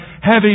heavy